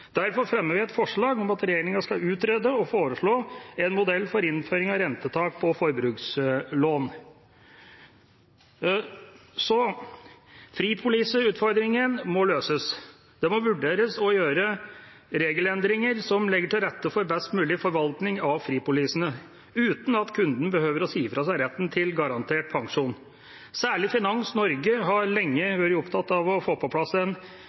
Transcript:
Derfor fremmer vi sammen med Venstre et forslag om at regjeringa skal utrede og foreslå en modell for innføring av rentetak på forbrukslån. Fripoliseutfordringen må løses. Det må vurderes å gjøre regelendringer som legger til rette for best mulig forvaltning av fripolisene, uten at kunden behøver å si fra seg retten til garantert pensjon. Særlig Finans Norge har lenge vært opptatt av å få på plass